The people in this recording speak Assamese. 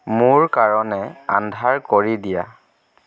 মোৰ কাৰণে আন্ধাৰ কৰি দিয়া